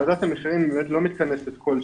ועדת המחירים לא מתכנסת כל שנה,